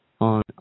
on